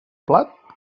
plat